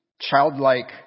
childlike